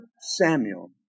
Samuel